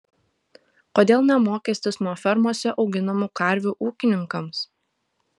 kodėl ne mokestis nuo fermose auginamų karvių ūkininkams